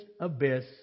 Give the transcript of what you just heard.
abyss